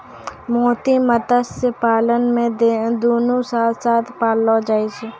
मोती मत्स्य पालन मे दुनु साथ साथ पाललो जाय छै